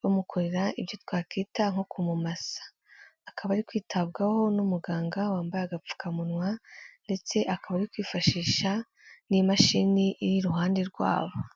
bamukorera ibyo twakwita nko mumasa. Akaba ari kwitabwaho n'umuganga wambaye agapfukamunwa ndetse akaba ari kwifashisha n'imashini iri iruhande rwabo.